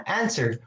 answer